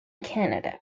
canada